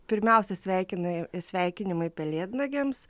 pirmiausia sveikinai sveikinimai pelėdnagiams